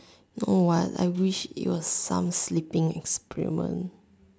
you know what I wish it was some sleeping experiment